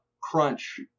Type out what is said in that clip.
Crunch